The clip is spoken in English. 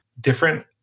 different